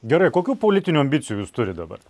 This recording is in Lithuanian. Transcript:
gerai kokių politinių ambicijų jūs turit dabar